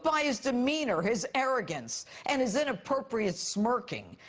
but his demeanor, his arrogance, and his inappropriate smirking,